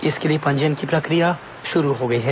इसके लिए पंजीयन की प्रक्रिया शुरू हो गई है